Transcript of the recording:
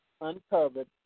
uncovered